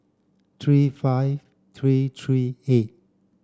three five three three eight